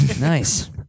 Nice